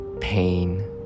pain